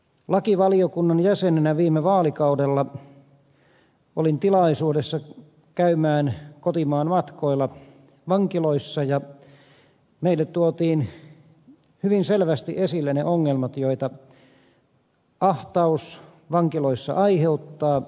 lakivaliokunnan jäsenenä viime vaalikaudella olin tilaisuudessa käydä kotimaan matkoilla vankiloissa ja meille tuotiin hyvin selvästi esille ne ongelmat joita ahtaus vankiloissa aiheuttaa